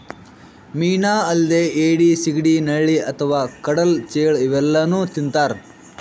ಮೀನಾ ಅಲ್ದೆ ಏಡಿ, ಸಿಗಡಿ, ನಳ್ಳಿ ಅಥವಾ ಕಡಲ್ ಚೇಳ್ ಇವೆಲ್ಲಾನೂ ತಿಂತಾರ್